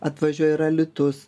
atvažiuoja ir alytus